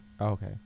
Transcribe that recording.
okay